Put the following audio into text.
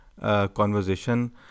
conversation